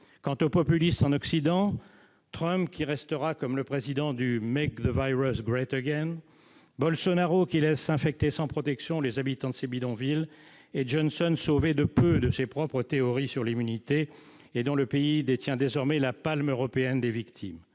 Quant aux populistes en Occident ? Trump, qui restera comme le président du, Bolsonaro, qui laisse s'infecter sans protection les habitants de ses bidonvilles, et Johnson, sauvé de peu de ses propres théories sur l'immunité et dont le pays détient désormais la palme européenne des victimes.